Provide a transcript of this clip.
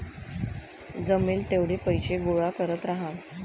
जमेल तेवढे पैसे गोळा करत राहा